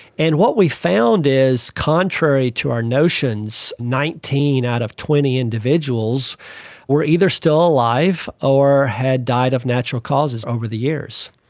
and what we found is, contrary to our notions, nineteen out of twenty individuals were either still alive or had died of natural causes over the years.